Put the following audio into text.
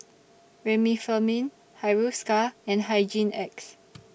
Remifemin Hiruscar and Hygin X